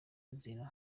inzira